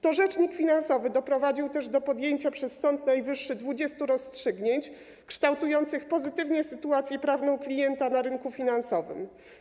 To rzecznik finansowy doprowadził też do podjęcia przez Sąd Najwyższy 20 rozstrzygnięć kształtujących pozytywnie sytuację prawną klienta na rynku finansowym.